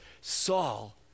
Saul